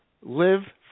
live